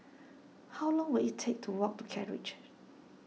how long will it take to walk to Kent Ridge